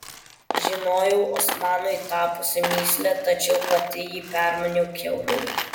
žinojau osmanui tapusi mįsle tačiau pati jį permaniau kiaurai